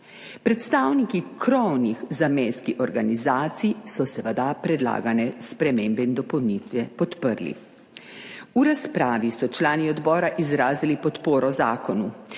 Predstavniki krovnih zamejskih organizacij, so seveda predlagane spremembe in dopolnitve podprli. V razpravi so člani odbora izrazili podporo zakonu.